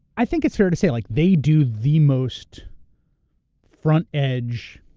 i think it's fair to say like they do the most front edge